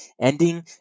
ending